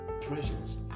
presence